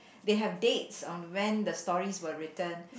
they have dates on when the stories were written